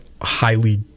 highly